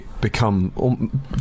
become